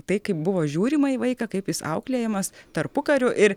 tai kaip buvo žiūrima į vaiką kaip jis auklėjamas tarpukariu ir